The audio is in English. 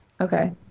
Okay